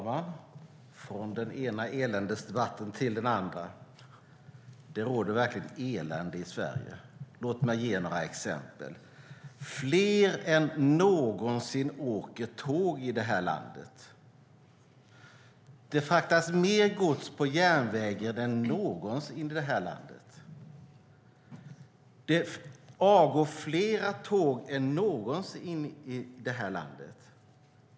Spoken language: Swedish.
Herr talman! Från den ena eländesdebatten till den andra - det råder verkligen elände i Sverige. Låt mig ge några exempel. Fler än någonsin åker tåg i det här landet. Det fraktas mer gods på järnväg än någonsin i det här landet. Det avgår fler tåg än någonsin i det här landet.